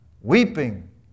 Weeping